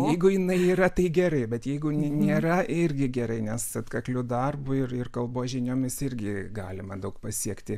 jeigu jinai yra tai gerai bet jeigu nėra tai irgi gerai nes atkakliu darbu ir kalbos žiniomis irgi galima daug pasiekti